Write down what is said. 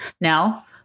Now